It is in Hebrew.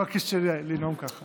נורא קשה לנאום ככה.